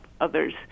others